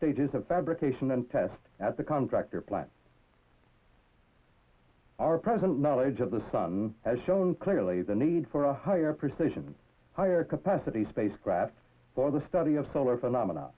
stages of fabrication and test at the contractor plant our present knowledge of the sun has shown clearly the need for a higher precision higher capacity spacecraft for the study of solar phenomena